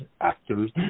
actors